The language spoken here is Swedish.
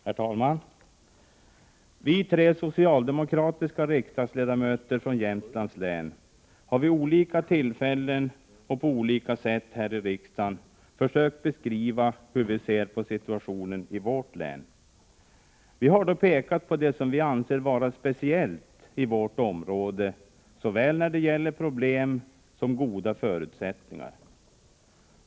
Herr talman! Vi tre socialdemokratiska riksdagsledamöter från Jämtlands län har vid olika tillfällen och på olika sätt här i riksdagen försökt beskriva hur vi ser på situationen i vårt län. Vi har då pekat på det som vi anser vara speciellt i vårt område, såväl när det gäller problem som när det gäller goda förutsättningar.